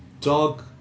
dog